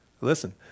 listen